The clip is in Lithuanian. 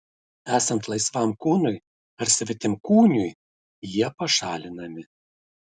esant laisvam kūnui ar svetimkūniui jie pašalinami